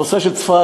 הנושא של צפת,